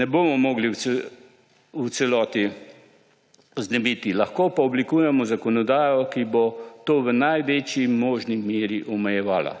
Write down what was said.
ne bomo mogli v celoti znebiti, lahko pa oblikujemo zakonodajo, ki bo to v največji možni meri omejevala.